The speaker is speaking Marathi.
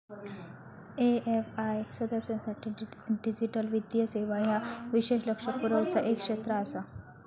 ए.एफ.आय सदस्यांसाठी डिजिटल वित्तीय सेवा ह्या विशेष लक्ष पुरवचा एक क्षेत्र आसा